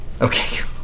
Okay